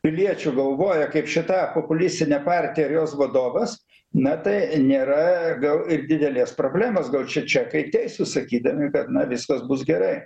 piliečių galvoja kaip šita populistinė partija ir jos vadovas na tai nėra gal ir didelės problemos gal čia čekai teisūs sakydami kad na viskas bus gerai